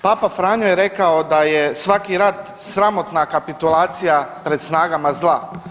Papa Franjo je rekao da je svaki rat sramotna kapitulacija pred snagama zla.